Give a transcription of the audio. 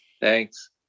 Thanks